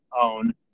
own